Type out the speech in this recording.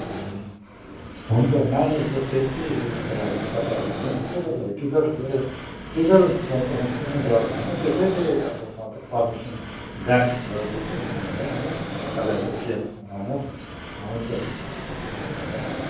ए हुन्छ नानीहरूको सेफ्टी उयेसको लागि त तपाईँहरू हुँदै हुनुहुन्छ तपाईँहरू टिचर गए टिचरहरू गएकोमा त कुनै डर भएन त्यसैले अब म त पर्मिसन ग्रान्ट गर्दैछु नानीलाई है तपाईँहरूको केयरअफमा लानुहोस् हुन्छ हुन्छ हवस् हुन्छ